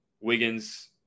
Wiggins